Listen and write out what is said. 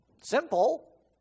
simple